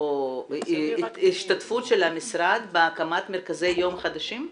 או השתתפות של המשרד בהקמת מרכזי יום חדשים?